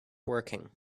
working